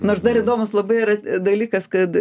nors dar įdomus labai yra dalykas kad